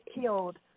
killed